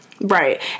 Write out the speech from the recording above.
Right